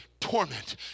torment